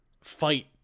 fight